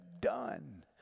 done